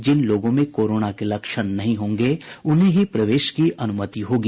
जिन लोगों में कोरोना के लक्षण नहीं होंगे उन्हें ही प्रवेश की अनुमति मिलेगी